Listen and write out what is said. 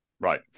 Right